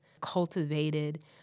cultivated